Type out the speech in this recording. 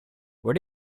where